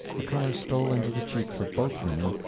the color stole into the cheeks of both women,